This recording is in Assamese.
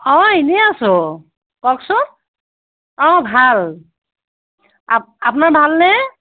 অঁ এনেই আছোঁ কওকচোন অঁ ভাল আপ আপোনাৰ ভালনে